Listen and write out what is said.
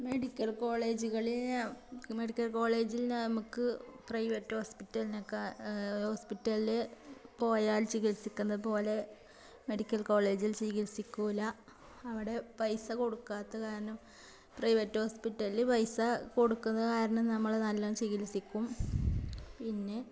medical കോളേജുകളിൽ medical കോളേജിൽ നമുക്ക് പ്രൈവറ്റ് ഹോസ്പിറ്റലിനൊക്കെ ഹോസ്പിറ്റലിൽ പോയാൽ ചികിത്സിക്കുന്നത് പോലെ മെഡിക്കൽ കോളേജിൽ ചികിത്സിക്കില്ല അവിടെ പൈസ കൊടുക്കാത്ത കാരണം പ്രൈവറ്റ് ഹോസ്പിറ്റലിൽ പൈസ കൊടുക്കുന്ന കാരണം നമ്മൾ നല്ലവണ്ണം ചികിത്സിക്കും പിന്നെ